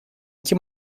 iki